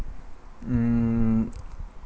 mm